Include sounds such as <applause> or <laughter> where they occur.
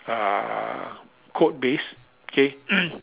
uh code based okay <noise>